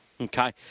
Okay